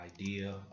idea